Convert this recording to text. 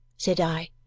said i.